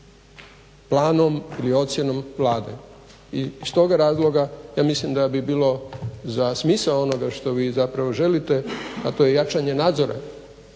planom ili ocjenom Vlade. I iz toga razloga ja mislim da bi bilo za smisao onoga što vi zapravo želite, a to je jačanje nadzora